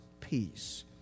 peace